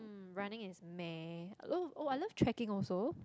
um running is meh I love oh I love tracking also